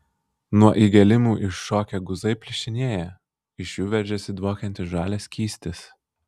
nuo įgėlimų iššokę guzai plyšinėja iš jų veržiasi dvokiantis žalias skystis